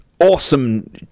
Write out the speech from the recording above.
awesome